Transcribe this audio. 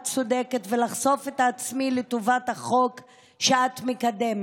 צודקת ולחשוף את עצמי לטובת החוק שאת מקדמת.